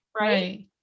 Right